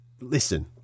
listen